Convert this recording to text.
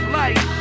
life